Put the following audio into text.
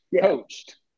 coached